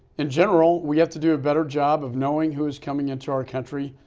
in general, we have to do a better job of knowing who is coming into our country,